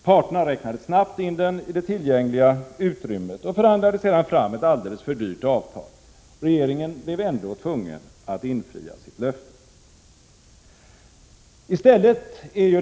Parterna räknade snabbt in den i det tillgängliga utrymmet och förhandlade sedan fram ett alldeles för dyrt avtal. Regeringen blev ändå tvungen att infria sitt löfte.